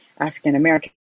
African-American